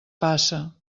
passa